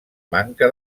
manca